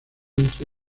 entre